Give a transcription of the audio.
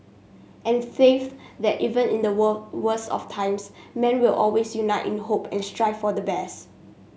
and faith that even in the worst of times man will always unite in hope and strive for the best